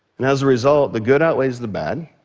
and, as a result, the good outweighs the bad,